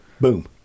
boom